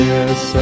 Yes